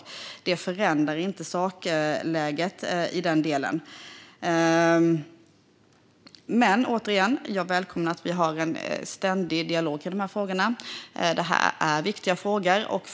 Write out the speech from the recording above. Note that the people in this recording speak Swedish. Sakläget förändras inte i den delen. Återigen: Jag välkomnar att vi har en ständig dialog i dessa frågor, som är viktiga.